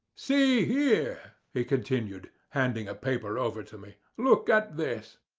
see here! he continued, handing a paper over to me, look at this!